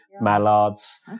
mallards